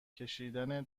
کشیدن